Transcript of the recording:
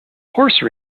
horse